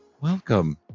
welcome